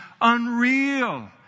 unreal